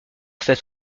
cette